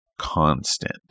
constant